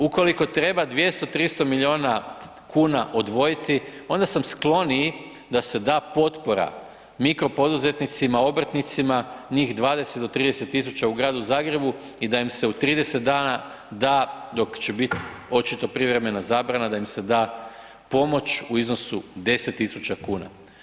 Ukoliko treba 200, 300 milijuna kuna odvojiti, onda sam skloniji da se da potpora mikro poduzetnicima, obrtnicima, njih 20 do 30 000 u gradu Zagrebu i da im se u 30 dana da dok će biti očito privremena zabrana da im se da pomoć u iznosu 10 000 kuna.